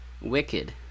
wicked